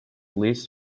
least